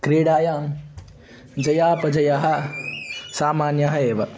क्रीडायां जयापजयः सामान्यः एव